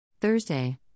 Thursday